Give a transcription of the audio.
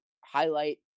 highlight